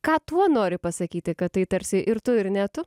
ką tuo nori pasakyti kad tai tarsi ir tu ir ne tu